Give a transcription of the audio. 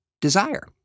desire